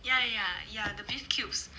ya ya ya ya the beef cubes